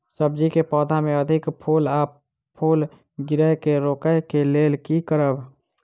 सब्जी कऽ पौधा मे अधिक फूल आ फूल गिरय केँ रोकय कऽ लेल की करब?